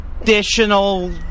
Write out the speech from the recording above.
additional